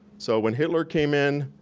so when hitler came in,